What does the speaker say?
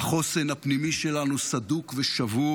החוסן הפנימי שלנו סדוק ושבור.